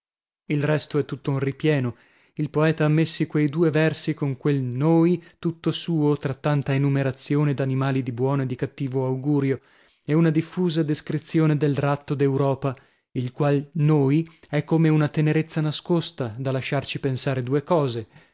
il resto è tutto un ripieno il poeta ha messi quei due versi con quel noi tutto suo tra tanta enumerazione d'animali di buono e di cattivo augurio e una diffusa descrizione del ratto d'europa il qual noi è come una tenerezza nascosta da lasciarci pensare due cose